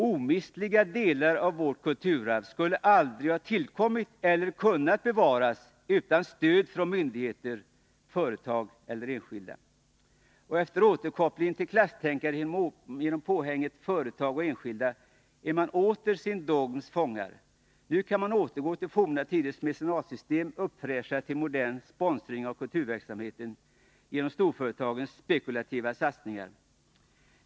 Omistliga delar av vårt kulturarv skulle aldrig ha tillkommit eller kunnat bevaras, utan stöd från myndigheter, företag eller enskilda.” Efter återkopplingen till klasstänkandet genom påhänget företag och enskilda är man åter sin dogms fångar. Nu kan man återgå till forna tiders mecenatsystem uppfräschat till modern sponsring av kulturverksamhet genom storföretagens spekulativa satsningar.